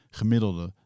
gemiddelde